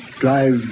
drive